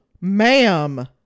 Ma'am